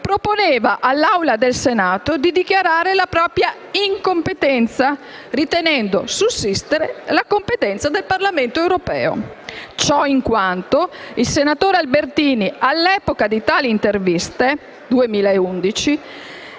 proponeva all'Assemblea del Senato di dichiarare la propria incompetenza ritenendo sussistere la competenza del Parlamento europeo. Ciò in quanto il senatore Albertini, all'epoca di tali interviste (2011),